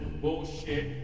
bullshit